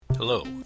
Hello